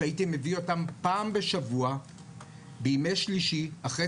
שהייתי מביא אותם פעם בשבוע בימי שלישי אחרי